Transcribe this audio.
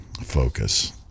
focus